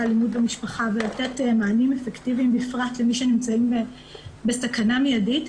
האלימות במשפחה ולתת מענים אפקטיביים בפרט למי שנמצאים בסכנה מיידית.